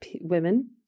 women